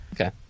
Okay